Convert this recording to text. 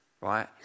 right